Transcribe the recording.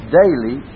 daily